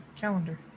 calendar